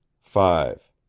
five.